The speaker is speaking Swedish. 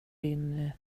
din